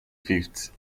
fifth